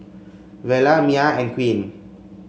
Vela Mya and Queen